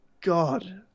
god